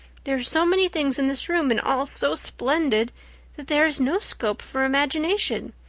there are so many things in this room and all so splendid that there is no scope for imagination.